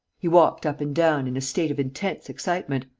he walked up and down, in a state of intense excitement,